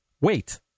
Wait